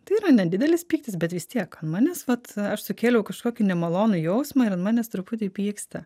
tai yra nedidelis pyktis bet vis tiek ant manęs vat aš sukėliau kažkokį nemalonų jausmą ir ant manęs truputį pyksta